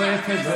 לא.